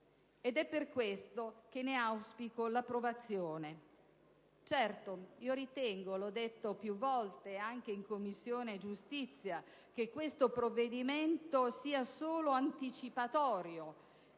È per questo che ne auspico l'approvazione. Ritengo - l'ho detto più volte anche in Commissione giustizia - che questo provvedimento sia solo anticipatorio